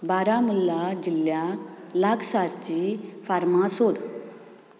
बारामुल्ला जिल्ल्या लागसारची फार्मास सोद